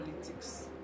politics